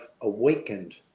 awakened